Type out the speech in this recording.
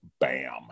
bam